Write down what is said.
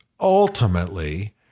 ultimately